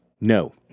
No